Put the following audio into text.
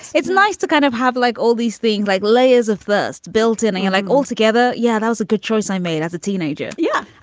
it's nice to kind of have like all these things like layers of this built in and like altogether. yeah, that was a good choice i made as a teenager. yeah,